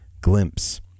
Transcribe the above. Glimpse